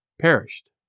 perished